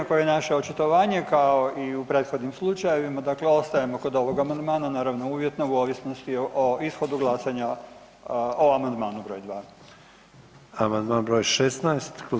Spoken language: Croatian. Jednako je naše očitovanje kao i u prethodnim slučajevima, dakle ostajemo kod ovog amandmana, naravno uvjetno o ovisnosti o ishodu glasanja o amandmanu br. 2.